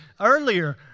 earlier